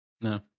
No